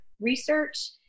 research